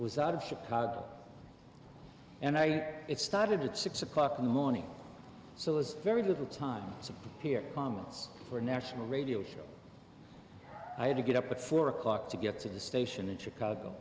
was out of chicago and i started at six o'clock in the morning so was very little time to hear comments for national radio show i had to get up at four o'clock to get to the station in chicago